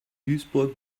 duisburg